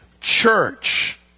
church